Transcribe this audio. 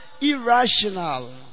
Irrational